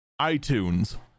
iTunes